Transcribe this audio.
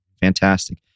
fantastic